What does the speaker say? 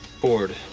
bored